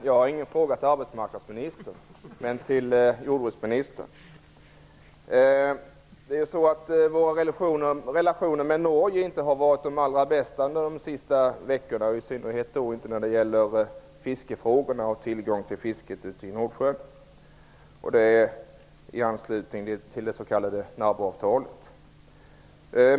Jag har ingen fråga till arbetsmarknadsministern, men jag har en fråga till jordbruksministern. Våra relationer med Norge har inte varit de allra bästa under de senaste veckorna, i synnerhet inte när det gäller fiskefrågorna och tillgången till fisket i Nordsjön. Det är frågor i anslutning till det s.k. naboavtalet.